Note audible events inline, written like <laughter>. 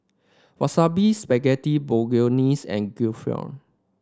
Wasabi Spaghetti Bolognese and <unintelligible>